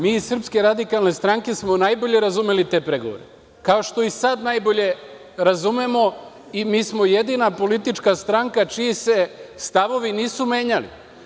Mi iz SRS smo najbolje razumeli te pregovore, kao što i sad najbolje razumemo i mi smo jedina politička stranka čiji se stavovi nisu menjali.